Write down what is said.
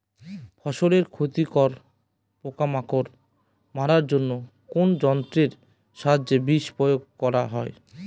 ফসলের ক্ষতিকর পোকামাকড় মারার জন্য কোন যন্ত্রের সাহায্যে বিষ প্রয়োগ করা হয়?